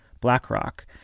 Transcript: BlackRock